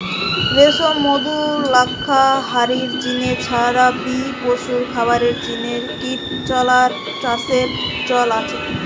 রেশম, মধু, লাক্ষা হারির জিনে ছাড়া বি পশুর খাবারের জিনে কিট চাষের চল আছে